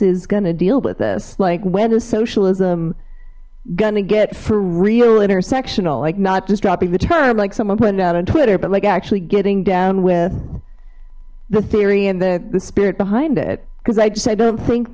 gonna deal with us like when a socialism gonna get for real intersectional like not just dropping the term like someone pointed out on twitter but like actually getting down with the theory and the spirit behind it because i just i don't think